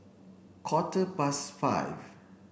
quarter past five